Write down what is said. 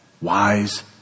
wise